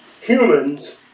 Humans